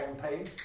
campaign